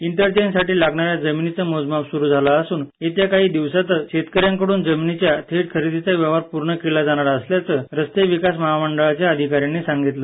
इंटरचेंजसाठी जमिनीचं मोजमाप सुरू झालं असून येत्या काही दिवसांतच शेतकऱ्यांकडून जमिनीच्या थेट खरेदीचा व्यवहार पूर्ण केला जाणार असल्याचं रस्ते विकास महामंडळाच्या अधिकाऱ्यांनी सांगितलं